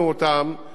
וזה הותנה.